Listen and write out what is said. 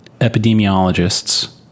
epidemiologists